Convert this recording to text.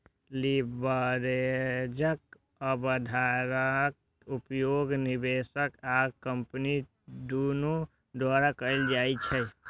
लीवरेजक अवधारणाक उपयोग निवेशक आ कंपनी दुनू द्वारा कैल जाइ छै